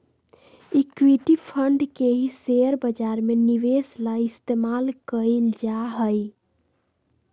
equity fund के ही share बाजार में निवेश ला इस्तेमाल कइल जाहई